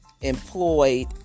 employed